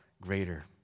greater